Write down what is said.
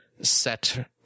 set